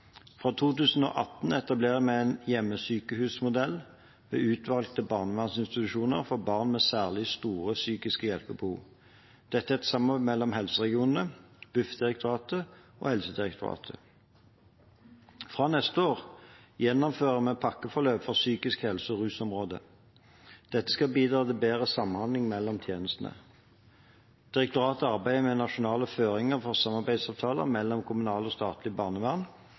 Fra 2018 etablerer vi en hjemmesykehusmodell ved utvalgte barnevernsinstitusjoner for barn med særlig store psykiske hjelpebehov. Dette er et samarbeid mellom helseregionene, BUF-direktoratet og Helsedirektoratet. Fra neste år gjennomfører vi pakkeforløp for psykisk helse- og rusområdet. Dette skal bidra til bedre samhandling mellom tjenestene. Direktoratene arbeider med nasjonale føringer for samarbeidsavtaler mellom kommunalt og statlig barnevern